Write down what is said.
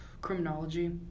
criminology